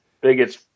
biggest